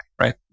right